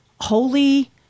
Holy